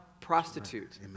prostitute